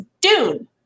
Dune